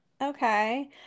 Okay